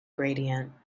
gradient